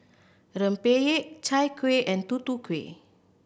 rempeyek Chai Kueh and Tutu Kueh